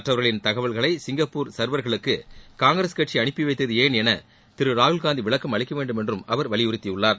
மற்றவர்களின் தகவல்களை சிங்கப்பூர் சர்வர்களுக்கு காங்கிரஸ் கட்சி அனுப்பி வைத்தது ஏன் என திரு ராகுல்காந்தி விளக்கம் அளிக்க வேண்டும் என்றும் அவர் வலியுறுத்தியுள்ளார்